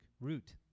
root